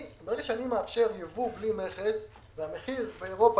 ברגע שאני מאפשר ייבוא בלי מכס והמחיר באירופה